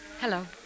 Hello